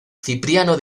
cipriano